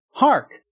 Hark